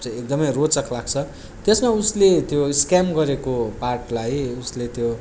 चाहिँ एकदम रोचक लाग्छ त्यसमा उसले त्यो स्क्याम गरेको पार्टलाई उसले त्यो